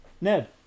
Ned